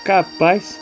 Capaz